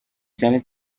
cyane